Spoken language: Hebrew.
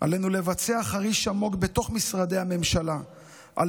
עלינו לבצע חריש עמוק בתוך משרדי הממשלה על